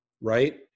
right